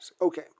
Okay